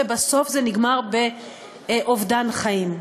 ובסוף זה נגמר באובדן חיים.